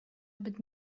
zbyt